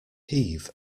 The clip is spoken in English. heave